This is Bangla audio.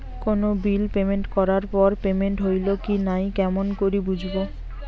কোনো বিল পেমেন্ট করার পর পেমেন্ট হইল কি নাই কেমন করি বুঝবো?